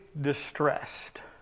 distressed